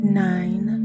nine